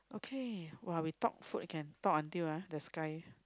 okay !wah! we talk food can talk until ah the sky